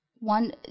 One